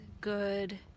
good